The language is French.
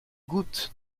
goutte